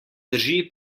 drži